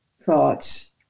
thoughts